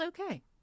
okay